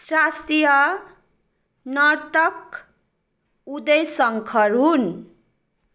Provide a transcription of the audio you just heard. शास्त्रीय नर्तक उदय शङ्कर हुन्